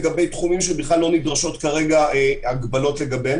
לגבי תחומים שבכלל לא נדרשות כרגע הגבלות לגביהם,